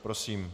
Prosím.